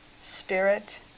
spirit